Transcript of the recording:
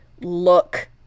look